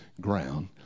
ground